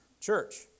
church